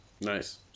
Nice